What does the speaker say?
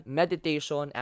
meditation